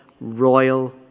royal